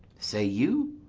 say you?